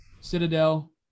Citadel